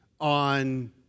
on